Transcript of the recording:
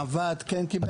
הוועד כן קיבל את החומר.